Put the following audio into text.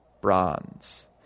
bronze